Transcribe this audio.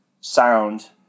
sound